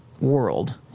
world